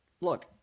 look